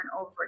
over